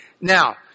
Now